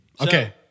Okay